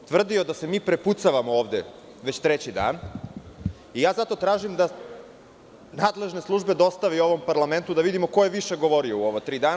Tvrdio je da se mi prepucavamo ovde već treći dan i zato tražim da nadležne službe dostave ovom parlamentu da vidimo ko je više govorio u ova tri dana.